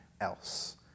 else